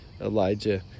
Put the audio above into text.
Elijah